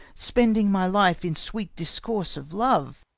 spending my life in sweet discourse of love.